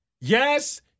Yes